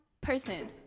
person